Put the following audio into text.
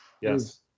yes